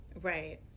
right